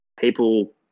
people